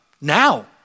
Now